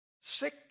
sick